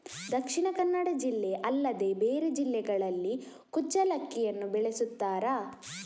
ದಕ್ಷಿಣ ಕನ್ನಡ ಜಿಲ್ಲೆ ಅಲ್ಲದೆ ಬೇರೆ ಜಿಲ್ಲೆಗಳಲ್ಲಿ ಕುಚ್ಚಲಕ್ಕಿಯನ್ನು ಬೆಳೆಸುತ್ತಾರಾ?